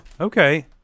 Okay